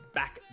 back